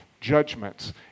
judgments